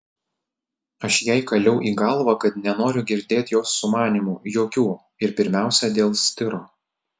aš jai kaliau į galvą kad nenoriu girdėt jos sumanymų jokių ir pirmiausia dėl stiro